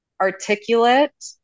articulate